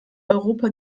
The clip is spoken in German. europa